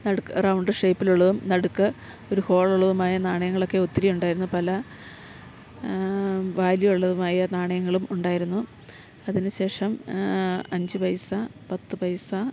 നടുക്ക് റൗണ്ട് ഷേപ്പിലുള്ളതും നടുക്ക് ഒരു ഹോളുള്ളതുമായ നാണയങ്ങളൊക്കെ ഒത്തിരി ഉണ്ടായിരുന്നു പല വാല്യൂ ഉള്ളതുമായ നാണയങ്ങളും ഉണ്ടായിരുന്നു അതിനു ശേഷം അഞ്ച് പൈസ പത്ത് പൈസ